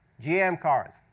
gm cars.